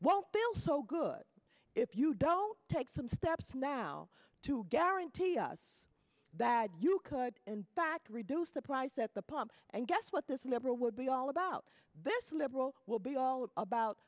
won't feel so good if you don't take some steps now to guarantee us that you could in fact reduce the price at the pump and guess what this liberal would be all about this liberal will be all about